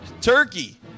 turkey